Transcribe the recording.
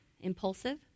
impulsive